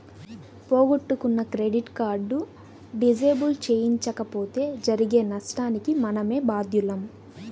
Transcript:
పోగొట్టుకున్న credit card disable చేయించకపోతే జరిగే నష్టానికి మనమే బాధ్యులం